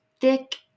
thick